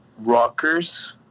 rockers